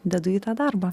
dedu į tą darbą